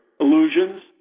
Illusions